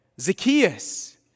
Zacchaeus